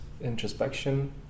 introspection